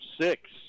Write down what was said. six